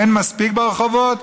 אין מספיק ברחובות?